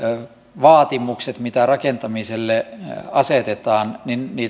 vaatimuksia mitä rakentamiselle asetetaan